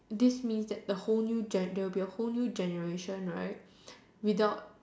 this means that the whole new gen there will be a whole new generation right without